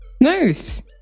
Nice